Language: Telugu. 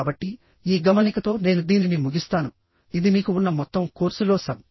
కాబట్టి ఈ గమనికతో నేను దీనిని ముగిస్తాను ఇది మీకు ఉన్న మొత్తం కోర్సులో సగం